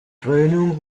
krönung